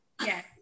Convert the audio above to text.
Yes